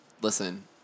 Listen